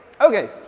okay